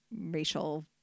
racial